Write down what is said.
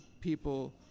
people